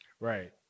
Right